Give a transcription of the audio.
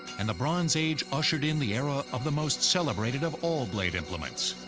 and the bronze age ushered in the era of the most celebrated of all blade implements